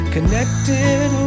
Connected